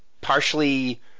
partially